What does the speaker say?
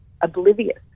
oblivious